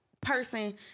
person